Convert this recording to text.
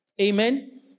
Amen